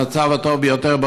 במצב הטוב ביותר,